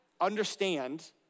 understand